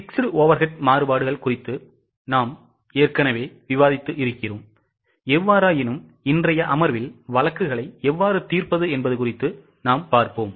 Fixed overhead மாறுபாடுகள் குறித்து நாம் விவாதித்தோம்எவ்வாறாயினும் இன்றையஅமர்வில்வழக்குகளை எவ்வாறு தீர்ப்பது என்பது குறித்து பார்ப்போம்